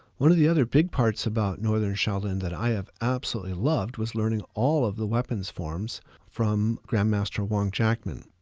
one of the other big parts about northern shaolin that i have absolutely loved was learning all of the weapons forms from grandmaster wong jackman.